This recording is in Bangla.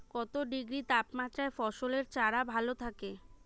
কত ডিগ্রি তাপমাত্রায় ফসলের চারা ভালো থাকে?